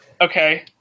Okay